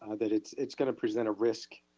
ah that it's it's gonna present a risk.